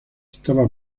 estaba